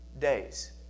days